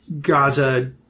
Gaza